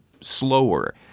slower